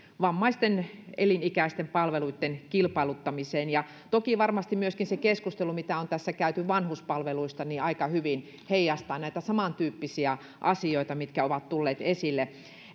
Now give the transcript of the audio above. vammaisten elinikäisten palveluitten kilpailuttamiseen toki varmasti myöskin se keskustelu mitä on käyty vanhuspalveluista aika hyvin heijastaa näitä samantyyppisiä asioita mitkä ovat tulleet esille